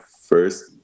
first